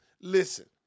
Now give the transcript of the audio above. listen